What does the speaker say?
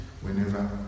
whenever